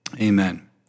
Amen